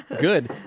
good